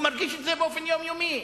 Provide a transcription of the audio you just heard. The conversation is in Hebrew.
הוא מרגיש את זה באופן יומיומי.